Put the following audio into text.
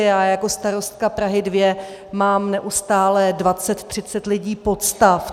Já jako starostka Prahy 2 mám neustále dvacet, třicet lidí pod stav.